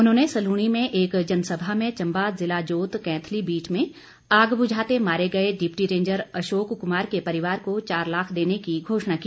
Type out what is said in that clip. उन्होंने सलूणी में एक जनसभा में चंबा जिला जोत कैंथली बीट में आग बुझाते मारे गए डिप्टी रेंजर अशोक कुमार के परिवार को चार लाख देने की घोषणा की